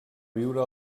viure